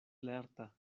lerta